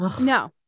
no